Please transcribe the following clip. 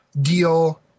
deal